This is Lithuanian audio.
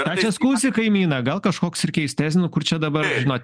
pasiskųsi kaimyną gal kažkoks ir keistes nu kur čia dabar žinot